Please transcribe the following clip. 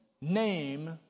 name